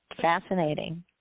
Fascinating